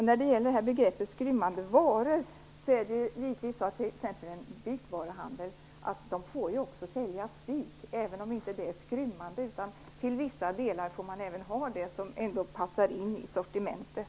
När det gäller begreppet "skrymmande varor" vill jag säga att exempelvis en byggvaruhandel givetvis också får sälja spik, även om det inte är skrymmande. Man får även sälja vissa andra saker som passar in i sortimentet.